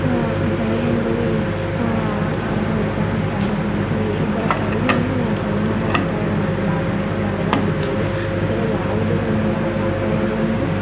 ಜನಜಂಗುಳಿ ಆ ಆಗುವಂತಹ ಸಾಧ್ಯತೆ ಇವೆ ಇದರ ಪರಿಣಾಮ ಪರಿಣಾಮ ವಾತಾವರಣ ಬದಲಾಗ ಬದಲಾಗಿರಬಹುದು ಅಥವಾ ಯಾವುದೇ ಒಂದು ಒಂದು